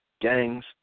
gangs